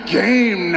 game